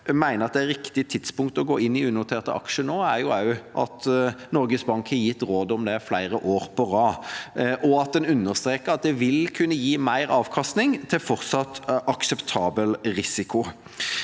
det er riktig tidspunkt å gå inn i unoterte aksjer nå, er også at Norges Bank har gitt råd om det i flere år på rad, og at en understreker at det vil kunne gi mer avkastning, til en fortsatt akseptabel risiko.